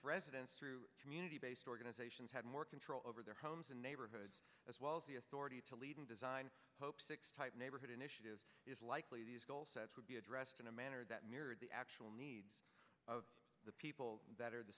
residents through community based organizations have more control over their homes and neighborhoods as well as the authority to lead and design hope six type neighborhood initiatives is likely these goals set would be addressed in a manner that mirrored the actual needs of the people that are the